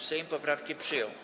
Sejm poprawki przyjął.